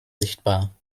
sichtbar